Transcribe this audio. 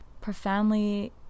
profoundly